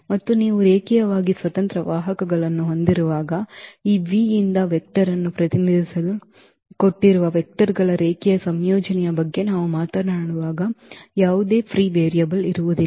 ಮತ್ತು ನೀವು ರೇಖೀಯವಾಗಿ ಸ್ವತಂತ್ರ ವಾಹಕಗಳನ್ನು ಹೊಂದಿರುವಾಗ ಈ v ಯಿಂದ ವೆಕ್ಟರ್ ಅನ್ನು ಪ್ರತಿನಿಧಿಸಲು ಕೊಟ್ಟಿರುವ ವೆಕ್ಟರ್ ಗಳ ರೇಖೀಯ ಸಂಯೋಜನೆಯ ಬಗ್ಗೆ ನಾವು ಮಾತನಾಡುವಾಗ ಯಾವುದೇ ಫ್ರೀ ವೇರಿಯಬಲ್ ಇರುವುದಿಲ್ಲ